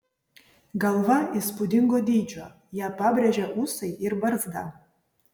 galva įspūdingo dydžio ją pabrėžia ūsai ir barzda